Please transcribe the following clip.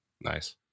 nice